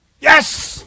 Yes